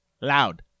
Loud